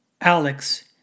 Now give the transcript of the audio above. Alex